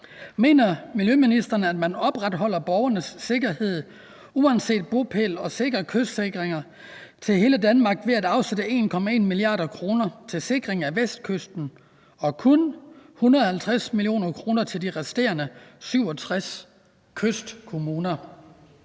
Mener ministeren, at man opretholder borgernes sikkerhed uanset bopæl og sikrer kystsikring til hele Danmark ved at afsætte 1,1 mia. kr. til sikring af Vestkysten og kun 150 mio. kr. til de resterende 67 kystkommuner?